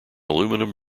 aluminum